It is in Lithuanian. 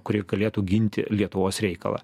kuri galėtų ginti lietuvos reikalą